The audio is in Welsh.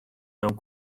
mewn